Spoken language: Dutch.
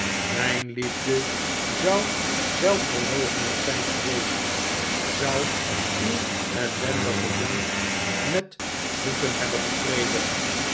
mijn liefde zou zelfverloochenend zijn geweest zou uw ellendig gejank met voeten hebben getreden